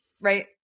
right